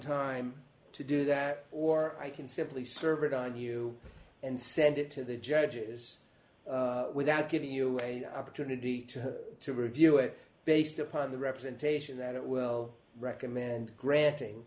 time to do that or i can simply serve it on you and send it to the judges without giving you a opportunity to review it based upon the representation that it will recommend granting